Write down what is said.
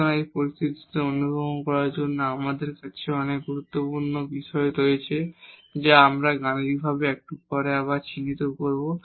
সুতরাং এখানে এই পরিস্থিতি অনুধাবন করার জন্য আমাদের কাছে অনেক গুরুত্বপূর্ণ বিষয় রয়েছে যা আমরা গাণিতিকভাবে একটু পরে আবার চিহ্নিত করব